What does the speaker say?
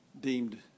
deemed